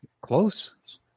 Close